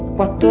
but